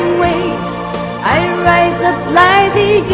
wait, i'll rise up like